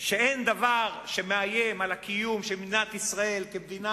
שאין דבר שמאיים על הקיום של מדינת ישראל כמדינה